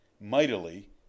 mightily